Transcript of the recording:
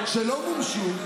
שלא מומשו,